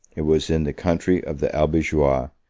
it was in the country of the albigeois,